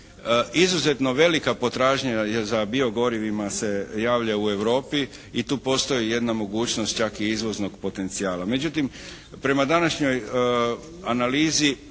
Izuzetno velika potražnja je za bio gorivima se javlja u Europi i tu postoji jedna mogućnost čak i izvoznog potencijala.